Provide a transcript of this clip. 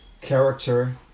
character